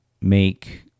make